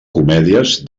comèdies